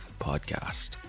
Podcast